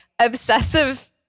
obsessive